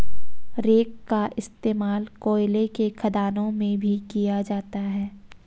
rake का इश्तेमाल कोयले के खदानों में भी किया जाता है